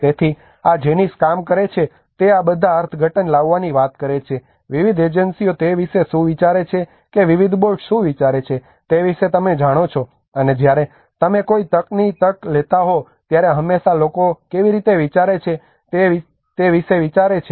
તેથી આ જેનિસ કામ કરે છે તે આ બધા અર્થઘટન લાવવાની વાત કરે છે વિવિધ એજન્સીઓ તે વિશે શું વિચારે છે કે વિવિધ બોર્ડ શું વિચારે છે તે વિશે તમે જાણો છો અને જ્યારે તમે કોઈ તકની તક લેતા હો ત્યારે હંમેશા લોકો કેવી રીતે વિચારે છે તે વિશે વિચારે છે